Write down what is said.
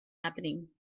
happening